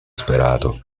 sperato